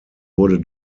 wurde